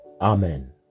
Amen